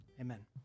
Amen